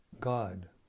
God